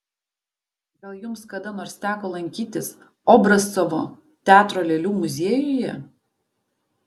gal jums kada nors teko lankytis obrazcovo teatro lėlių muziejuje